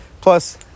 plus